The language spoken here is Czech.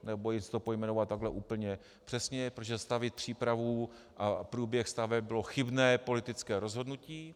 Nebojím se to pojmenovat takhle úplně přesně, protože zastavit přípravu a průběh staveb bylo chybné politické rozhodnutí.